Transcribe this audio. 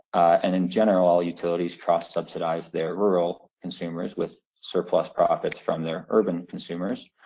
and in general, all utilities cross-subsidize their rural consumers with surplus profits from their urban consumers,